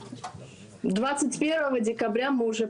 מודה על ההזדמנות לעלות לארץ.